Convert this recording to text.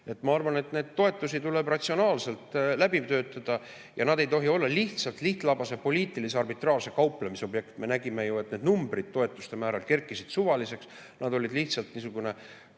Ma arvan, et neid toetusi tuleb ratsionaalselt [analüüsida] ja need ei tohi olla lihtsalt lihtlabase poliitilise arbitraaži kauplemisobjekt. Me nägime ju, et need numbrid, toetuste määrad kerkisid suvaliseks, nad olid lihtsalt niisugune ...